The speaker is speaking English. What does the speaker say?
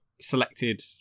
selected